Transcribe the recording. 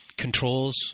Controls